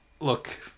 look